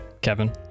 Kevin